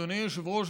אדוני היושב-ראש,